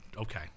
Okay